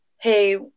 hey